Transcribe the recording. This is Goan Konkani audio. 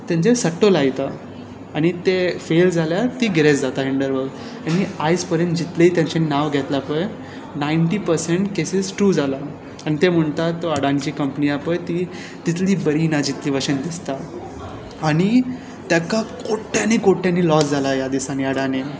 तांचूर सट्चू लायता आनी ते सेल्स जाल्यार ती गिरेस्त जाता हिंडर बर्ग आनी आयज पर्यांत जितलें तांचें नांव घेतलां पळय नायन्टी पर्सेंट कॅसीस ट्रू जाला आनी ते म्हणटात की अडानीची कंपनी आसा पळय ती तितली बरी ना जे भशेन दिसता आनी ताका कोट्यांनी कोट्यानी लॉस जाल्या ह्या दिसांनी अडानीक